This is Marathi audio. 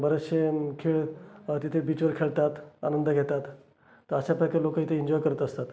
बरेचसे खेळ तिथे बीचवर खेळतात आनंद घेतात तर अशा प्रकारे लोक इथे एन्जॉय करत असतात